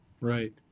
Right